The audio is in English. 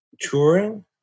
touring